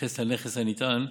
בהתייחס לנכס הנטען,